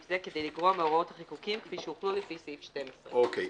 זה כדי לגרוע מהוראות החיקוקים כפי שהוחלו לפי סעיף 12. אוקיי.